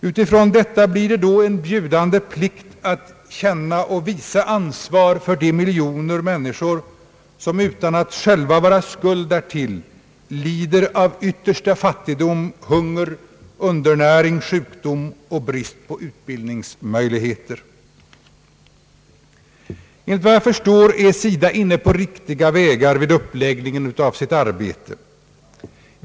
Med denna inställning blir det en bjudande plikt att känna och visa ansvar för de miljoner människor som utan att själva vara skuld därtill lider av yttersta fattigdom, hunger, undernäring, sjukdom och brist på utbildningsmöjligheter. Enligt vad jag förstår är SIDA inne på riktiga vägar vid uppläggningen av sitt arbete.